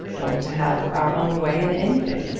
or to have our own way in anything,